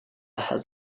has